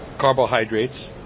carbohydrates